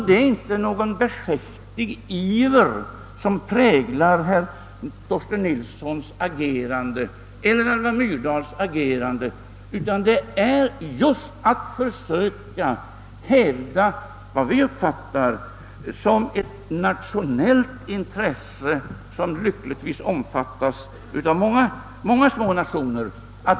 Det är inte någon beskäftig iver som präglar Torsten Nilssons och Alva Myrdals agerande, utan deras agerande är ett försök att hävda vad vi uppfattar som ett nationellt intresse, vilket lyckligtvis omfattas av många små nationer.